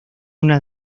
una